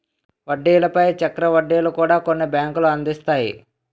వడ్డీల పై చక్ర వడ్డీలను కూడా కొన్ని బ్యాంకులు అందిస్తాయి